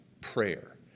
prayer